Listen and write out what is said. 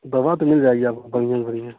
दवा तो मिल जाएगी आपको बढ़िया से बढ़िया